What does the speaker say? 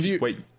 wait